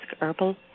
Herbal